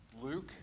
Luke